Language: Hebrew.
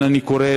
קודם כול,